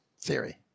theory